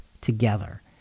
together